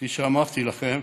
כפי שאמרתי לכם,